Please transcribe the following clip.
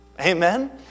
Amen